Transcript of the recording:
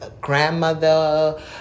Grandmother